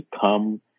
come